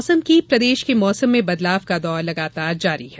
मौसम प्रदेश के मौसम में बदलाव का दौर लगातार जारी है